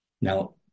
Now